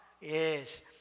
Yes